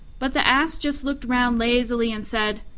but the ass just looked round lazily and said,